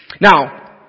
Now